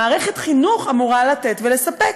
מערכת חינוך אמורה לתת ולספק.